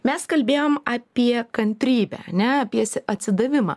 mes kalbėjom apie kantrybę ane apie si atsidavimą